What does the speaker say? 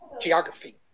geography